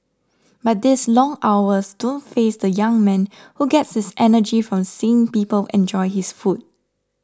but these long hours don't faze the young man who gets his energy from seeing people enjoy his food